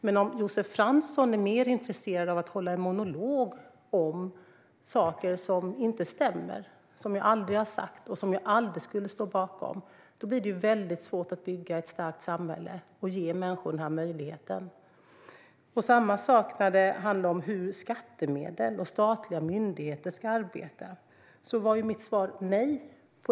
Men om Josef Fransson är mer intresserad av att hålla en monolog om saker som inte stämmer, som jag aldrig har sagt och som jag aldrig skulle stå bakom blir det väldigt svårt att bygga ett starkt samhälle och ge människor den möjligheten. Även när det handlade om skattemedel och frågan om hur statliga myndigheter ska arbeta var mitt svar "nej".